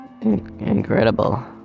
incredible